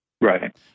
Right